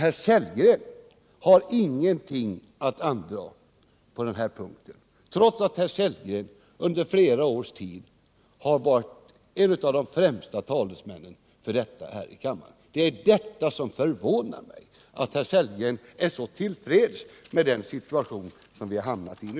Herr Sellgren har emellertid ingenting att anföra på den punkten, trots att han under flera års tid varit en av de främsta talesmännen för detta här i riksdagen. Det är det som förvånar mig, att herr Sellgren är så till freds med den situation som vi hamnat i nu.